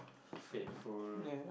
faithful